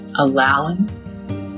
Allowance